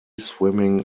swimming